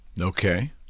Okay